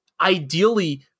ideally